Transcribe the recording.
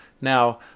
Now